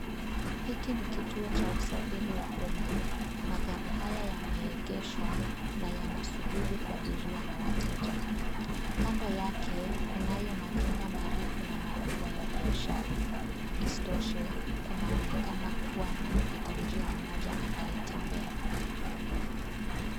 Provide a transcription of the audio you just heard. Hiki ni kituo cha usafiri wa umma. Magari haya yameegeshwa na yanasubiri kuabiriwa na wateja. Kando yake kunayo majumba marefu na makubwa ya biashara. Isitoshe ,kunaonekana kuwa mpita njia mmoja anayetembea.